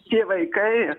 tie vaikai